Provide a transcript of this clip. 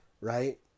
right